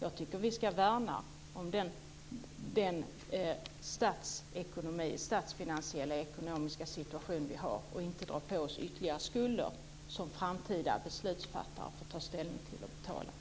Jag tycker att vi ska värna om den statsfinansiella ekonomiska situation vi har och inte dra på oss ytterligare skulder som framtida beslutsfattare ska ta ställning till och betala.